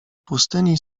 pustyni